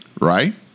right